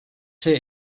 see